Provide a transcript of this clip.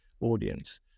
audience